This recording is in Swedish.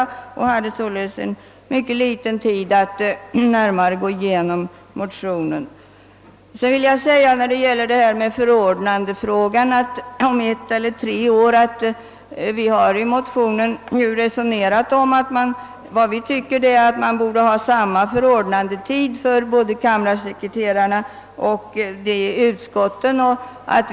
Således hade utskottet mycket liten tid att närmare gå igenom motionen. När det gäller frågan om förordnande på ett eller tre år vill jag säga att vi vid utformandet av motionen ansåg att man borde ha samma förordnandetid för kammarsekreterarna och utskottssekreterarna.